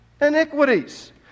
iniquities